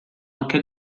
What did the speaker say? anke